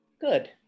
Good